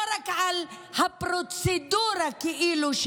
לא רק על הכאילו-פרוצדורה שניהלת.